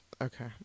okay